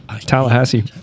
Tallahassee